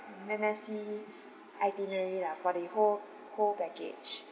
menacy itinerary lah for the whole whole package